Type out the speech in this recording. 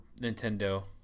Nintendo